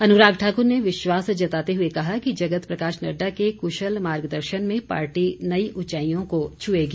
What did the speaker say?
अनुराग ठाकुर ने विश्वास जताते हुए कहा कि जगत प्रकाश नड़डा के कुशल मार्गदर्शन में पार्टी नई ऊंचाईयों को छुएगी